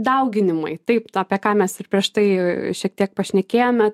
dauginimui taip apie ką mes ir prieš tai šiek tiek pašnekėjome